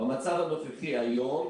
במצב הנוכחי היום,